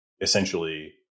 essentially